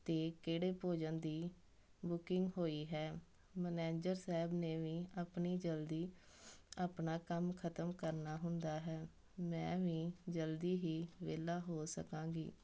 ਅਤੇ ਕਿਹੜੇ ਭੋਜਨ ਦੀ ਬੁਕਿੰਗ ਹੋਈ ਹੈ ਮਨੈਂਜਰ ਸਾਹਿਬ ਨੇ ਵੀ ਆਪਣੀ ਜਲਦੀ ਆਪਣਾ ਕੰਮ ਖਤਮ ਕਰਨਾ ਹੁੰਦਾ ਹੈ ਮੈਂ ਵੀ ਜਲਦੀ ਹੀ ਵਿਹਲਾ ਹੋ ਸਕਾਂਗੀ